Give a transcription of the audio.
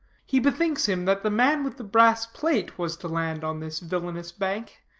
he bethinks him that the man with the brass-plate was to land on this villainous bank,